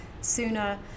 sooner